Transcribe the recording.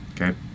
okay